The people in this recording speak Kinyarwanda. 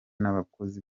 n’abakozi